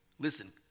Listen